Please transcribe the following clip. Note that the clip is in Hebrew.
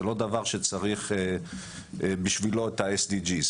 זה לא דבר שצריך בשבילו את ה-SDG.